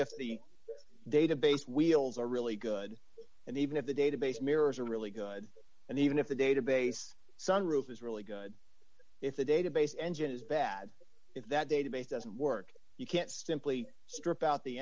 if the database wheels are really good and even if the database mirrors are really good and even if the database sunroof is really good if the database engine is bad if that database doesn't work you can't simply strip out the